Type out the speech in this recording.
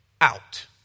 out